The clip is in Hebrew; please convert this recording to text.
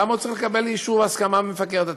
למה הוא צריך לקבל אישור, הסכמה, ממפקח דתי?